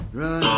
run